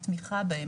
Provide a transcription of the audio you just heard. התמיכה בהם,